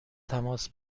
تماس